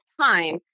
time